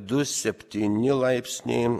du septyni laipsniai